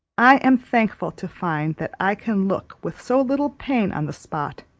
i am thankful to find that i can look with so little pain on the spot